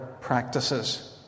practices